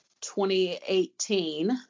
2018